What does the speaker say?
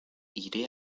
iré